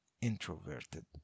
introverted